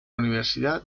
universidad